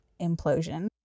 implosion